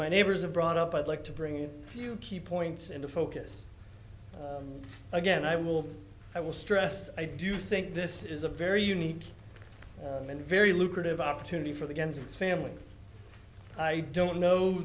my neighbors are brought up i'd like to bring a few key points into focus again i will i will stress i do think this is a very unique and very lucrative opportunity for the genesis family i don't know